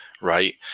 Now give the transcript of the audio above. right